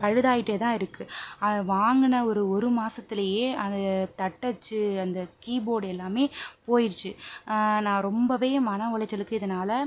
பழுதாயிட்டு தான் இருக்குது அதை வாங்குன ஒரு ஒரு மாசத்துலேயே அந்த தட்டச்சு அந்த கீபோர்ட் எல்லாமே போயிடிச்சி நான் ரொம்பவே மன உளைச்சலுக்கு இதனால்